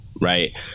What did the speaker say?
right